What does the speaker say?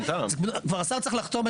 כבר השר צריך לחתום,